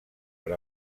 per